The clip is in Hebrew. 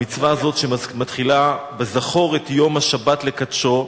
המצווה הזאת, שמתחילה ב"זכור את יום השבת לקדשו"